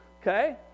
okay